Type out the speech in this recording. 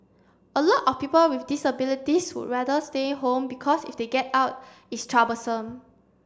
a lot of people with disabilities would rather stay home because if they get out it's troublesome